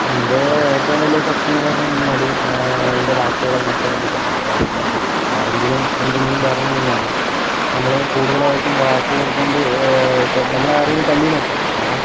എൻ്റെ ഏറ്റവും വലിയ ശക്തി എന്ന് പറഞ്ഞ് കഴിഞ്ഞാല് എൻ്റെ വാക്കുകളാണ് ഏറ്റവും വലിയ ശക്തി അതായത് ഇപ്പം ആരെങ്കിലും എന്തെങ്കിലും പറഞ്ഞ് കഴിഞ്ഞാല് നമ്മള് കൂടുതലായിട്ടും വാക്കുകൾ കൊണ്ട് ഇപ്പോൾ നമ്മളെ ആരെങ്കിലും തല്ലി എന്ന് വെച്ചോ അപ്പോൾ